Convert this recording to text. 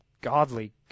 godly